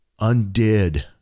undead